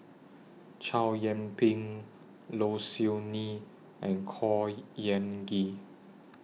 Chow Yian Ping Low Siew Nghee and Khor Ean Ghee